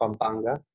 Pampanga